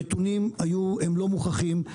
הנתונים לא מוכחים,